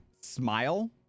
smile